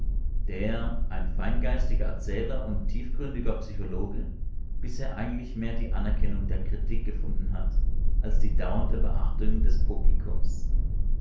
der ein feingeistiger erzähler und tiefgründiger psychologe bisher eigentlich mehr die anerkennung der kritik gefunden hat als die dauernde beachtung des publikums